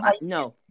No